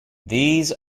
these